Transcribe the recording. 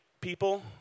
people